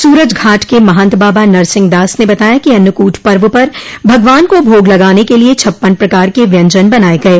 सूरज घाट के महंत बाबा नरसिंह दास ने बताया कि अन्नकूट पर्व पर भगवान को भोग लगाने के लिये छप्पन प्रकार के व्यंजन बनाये गये